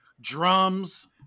drums